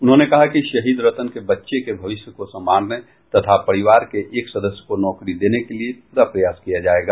उन्होंने कहा कि शहीद रतन के बच्चे को भविष्य को संवारने तथा परिवार के एक सदस्य को नौकरी देने के लिए पूरा प्रयास किया जायेगा